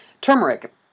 Turmeric